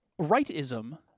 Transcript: rightism